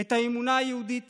את האמונה היהודית